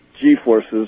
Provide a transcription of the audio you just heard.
G-forces